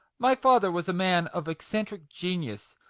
my father was a man of eccentric genius,